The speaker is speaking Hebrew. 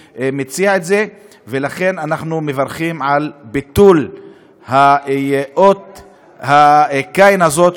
לכן אנחנו מברכים על ביטול אות קין הזה,